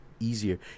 easier